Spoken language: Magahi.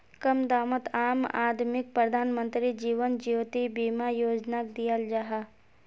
कम दामोत आम आदमीक प्रधानमंत्री जीवन ज्योति बीमा योजनाक दियाल जाहा